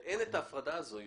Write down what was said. ואין את ההפרדה הזאת.